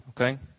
Okay